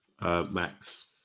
Max